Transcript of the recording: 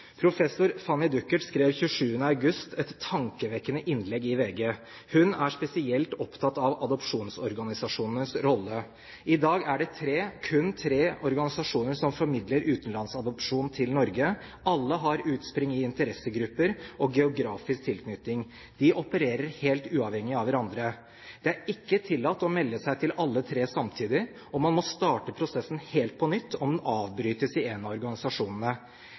Professor Fanny Duckert skrev 27. august i fjor et tankevekkende innlegg i VG. Hun er spesielt opptatt av adopsjonsorganisasjonenes rolle. I dag er det tre – kun tre – organisasjoner som formidler utenlandsadopsjon til Norge. Alle har utspring i interessegrupper og geografisk tilknytning. De opererer helt uavhengig av hverandre. Det er ikke tillatt å melde seg til alle tre samtidig, og man må starte prosessen helt på nytt om den avbrytes i en av organisasjonene.